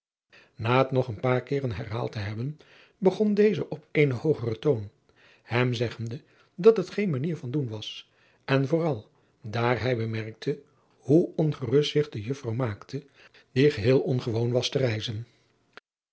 a het nog een paar keeren herhaald te hebben begon deze op eenen hoogeren toon hem zeggende dat het geen manier van doen was en vooral daar hij bemerkte hoe ongerust zich de jonge juffrouw maakte die geheel ongewoon was te reizen